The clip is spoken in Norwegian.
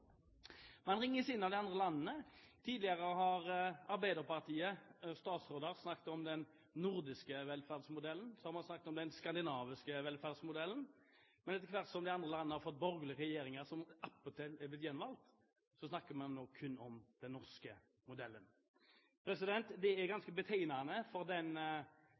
Man ringes inn av de andre landene. Tidligere har Arbeiderpartiets statsråder snakket om den nordiske velferdsmodellen. Så har man snakket om den skandinaviske velferdsmodellen, men etter hvert som de andre landene har fått borgerlige regjeringer, som attpåtil er blitt gjenvalgt, så snakker man nå kun om den norske modellen. Det er ganske betegnende for